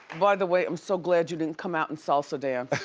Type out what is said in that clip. by the way i'm so glad you didn't come out in salsa dance.